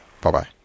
Bye-bye